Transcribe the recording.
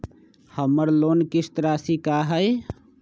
हमर लोन किस्त राशि का हई?